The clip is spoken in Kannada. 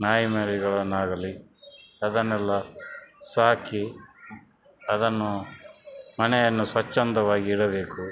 ನಾಯಿ ಮರಿಗಳನ್ನಾಗಲಿ ಅದನ್ನೆಲ್ಲ ಸಾಕಿ ಅದನ್ನು ಮನೆಯನ್ನು ಸ್ವಚ್ಛಂದವಾಗಿಡಬೇಕು